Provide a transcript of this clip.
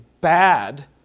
bad